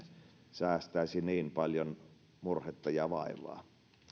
säästäisi niin paljon murhetta ja vaivaa